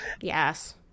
yes